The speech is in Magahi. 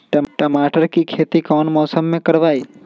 टमाटर की खेती कौन मौसम में करवाई?